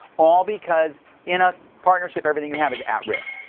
all because in a partnership everything you have is at risk.